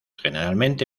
generalmente